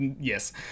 Yes